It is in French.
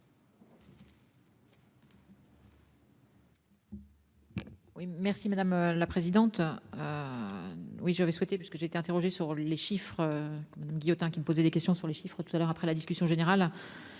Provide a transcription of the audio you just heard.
merci madame la présidente. Oui je avais souhaité parce que j'ai été interrogé sur les chiffres. Guillotin qui me poser des questions sur les chiffres tout à l'heure après la discussion générale.